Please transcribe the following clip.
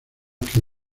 que